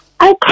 Okay